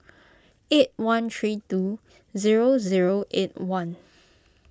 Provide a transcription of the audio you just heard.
eight one three two zero zero eight one